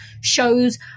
shows